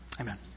Amen